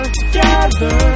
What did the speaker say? together